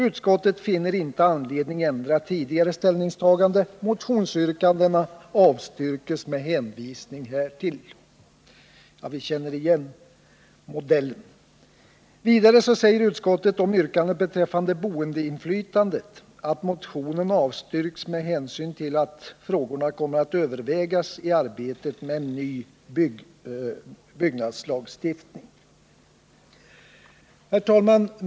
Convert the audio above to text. Utskottet finner inte anledning ändra tidigare ställningstaganden. Motionsyrkandena avstyrks med hänvisning härtill.” Vi känner igen modellen. Vidare säger utskottet om yrkandet beträffande boendeinflytande att motionen avstyrks med hänsyn till att frågorna kommer att övervägas i arbetet med en ny byggnadslagstiftning. Herr talman!